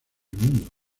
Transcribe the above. mundo